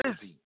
busy